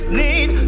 need